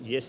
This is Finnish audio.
jos